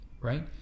right